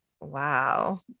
Wow